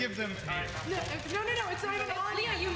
give them you